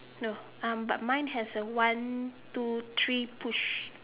no um but mine has a one two three push